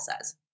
says